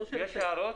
יש הערות?